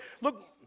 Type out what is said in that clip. Look